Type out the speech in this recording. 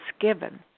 given